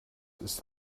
ist